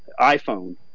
iPhone